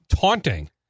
taunting